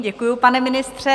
Děkuju, pane ministře.